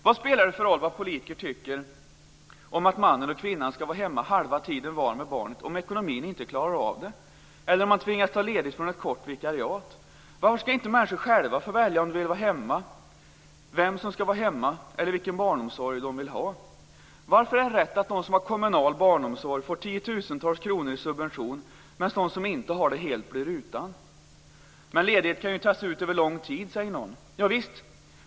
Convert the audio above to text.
Vad spelar det för roll vad politiker tycker om att mannen och kvinnan ska vara hemma halva tiden var med barnet om ekonomin inte klarar av det, eller om man tvingas ta ledigt från ett kort vikariat? Varför ska inte människor själva få välja om de vill vara hemma, vem som ska vara hemma eller vilken barnomsorg de vill ha? Varför är det rätt att de som har kommunal barnomsorg får tiotusentals kronor i subvention medan de som inte har det helt blir utan? Ledighet kan ju tas ut över lång tid, säger någon. Javisst.